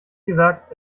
gesagt